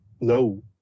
No